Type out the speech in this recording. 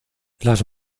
las